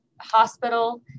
hospital